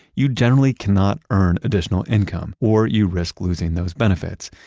you generally cannot earn additional income or you risk losing those benefits.